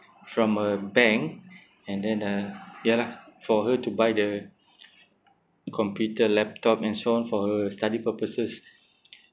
from a bank and then uh ya lah for her to buy the computer laptop and so on for study purposes